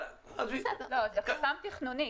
אבל עזבי --- לא, זה חסם תכנוני.